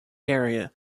area